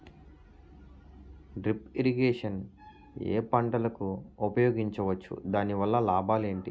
Drip irrigation ఏ పంటలకు ఉపయోగించవచ్చు? దాని వల్ల లాభాలు ఏంటి?